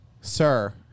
sir